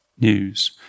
news